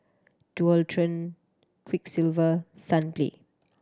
Dualtron Quiksilver Sunplay